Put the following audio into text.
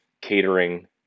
catering